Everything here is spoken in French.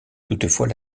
toutefois